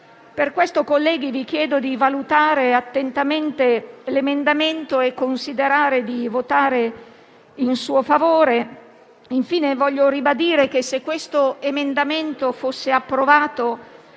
Per questi motivi, colleghi, vi chiedo di valutare attentamente l'emendamento e di considerare di votare in suo favore. Infine, voglio ribadire che, se questo emendamento fosse approvato,